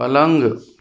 पलंग